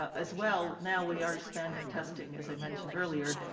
as well, now we are expanding testing, as i mentioned earlier,